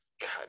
God